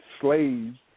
Slaves